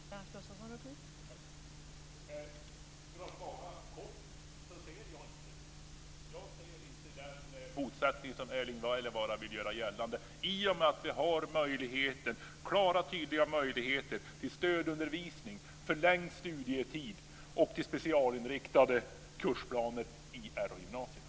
Fru talman! För att tala kort ser jag inte den motsättning som Erling Wälivaara vill göra gällande i och med att vi har klara och tydliga möjligheter till stödundervisning, förlängd studietid och specialinriktade kursplaner i Rh-gymnasierna.